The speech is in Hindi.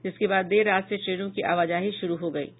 जिसके बाद देर रात से ट्रेनों की आवाजाही शुरू हो गयी है